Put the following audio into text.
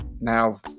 Now